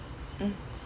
mm